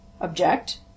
Object